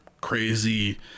crazy